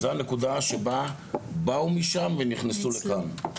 זו הנקודה שבה באו משם ונכנסו לכאן.